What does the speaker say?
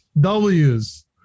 Ws